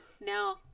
No